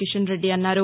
కిషన్రెడ్డి అన్నారు